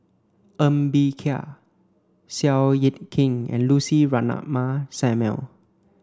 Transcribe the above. Ng Bee Kia Seow Yit Kin and Lucy Ratnammah Samuel